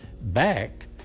back